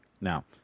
Now